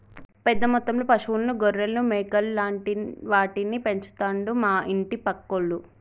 పెద్ద మొత్తంలో పశువులను గొర్రెలను మేకలు లాంటి వాటిని పెంచుతండు మా ఇంటి పక్కోళ్లు